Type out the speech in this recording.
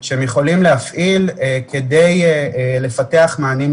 25 בינואר 2022. אני שמח לפתוח את הדיון הזה של ועדת המשנה